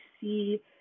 see